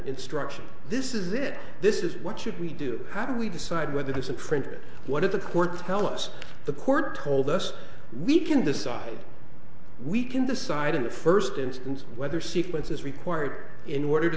instruction this is it this is what should we do how do we decide whether this infringement what if the court tell us the court told us we can decide we can the side in the first instance whether sequence is required in order to